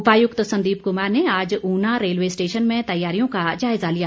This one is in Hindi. उपायुक्त संदीप कुमार ने आज ऊना रेलवे स्टेशन में तैयारियों का जायज़ा लिया